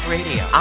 Radio